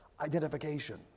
Identification